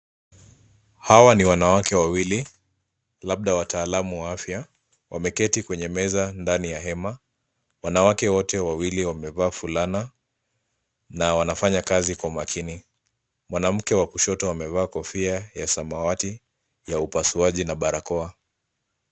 Hawa ni wanawake wawili labda wataalam wa afya, wameketi kwenye meza ndani ya hema. Wanawake wote wawili wamevaa fulana na wanafanya kazi kwa makini. Mwanamke wa kushoto amevaa kofia ya samawati ya upasuaji na barakoa.